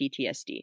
PTSD